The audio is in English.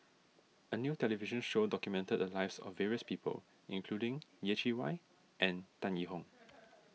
a new television show documented the lives of various people including Yeh Chi Wei and Tan Yee Hong